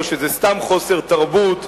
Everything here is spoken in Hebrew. או שזה סתם חוסר תרבות,